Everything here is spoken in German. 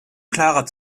klarer